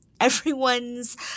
everyone's